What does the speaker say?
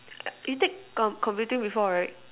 you take com~ computing before right